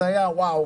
זה היה משהו "וואו",